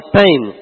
time